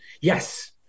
Yes